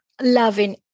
loving